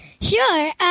Sure